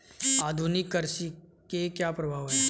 आधुनिक कृषि के क्या प्रभाव हैं?